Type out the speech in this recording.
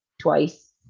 twice